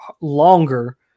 longer